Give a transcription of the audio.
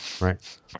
right